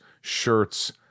shirts